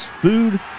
food